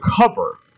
cover